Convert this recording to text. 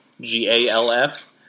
G-A-L-F